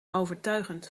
overtuigend